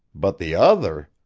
but the other!